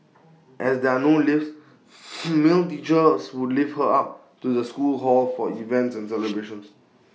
as there are no lifts male teachers as would lift her up to the school hall for events and celebrations